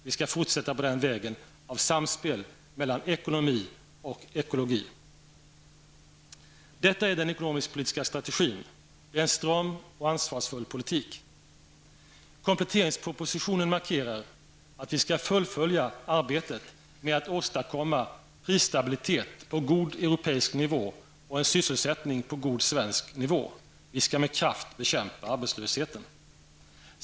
Vi skall fortsätta på den vägen av samspel mellan ekonomi och ekologi. Detta är den ekonomisk-politiska strategin. Det är en stram och ansvarsfull politik. Kompletteringspropositionen markerar att vi skall fullfölja arbetet med att åstadkomma prisstabilitet på god europeisk nivå och sysselsättning på god svensk nivå. Vi skall med kraft bekämpa arbetslösheten.